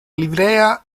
livrea